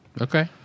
Okay